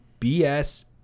BS